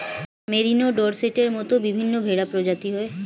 merino, ডর্সেটের মত বিভিন্ন ভেড়া প্রজাতি হয়